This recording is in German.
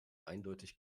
eindeutig